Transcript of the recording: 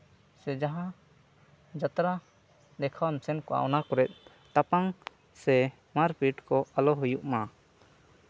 ᱥᱮ ᱡᱟᱦᱟᱸ ᱡᱟᱛᱨᱟ ᱫᱮᱠᱷᱟᱣ ᱮᱢ ᱥᱮᱱ ᱠᱚᱜᱼᱟ ᱚᱱᱟ ᱠᱚᱨᱮᱜ ᱛᱟᱯᱟᱝ ᱥᱮ ᱢᱟᱨᱯᱤᱴ ᱠᱚ ᱟᱞᱚ ᱦᱩᱭᱩᱜ ᱢᱟ